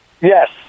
Yes